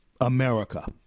America